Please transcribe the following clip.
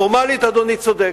פורמלית אדוני צודק.